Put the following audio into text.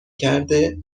کرده